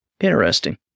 interesting